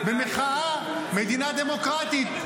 מדינה דמוקרטית.